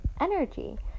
energy